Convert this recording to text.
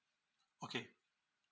okay